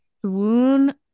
swoon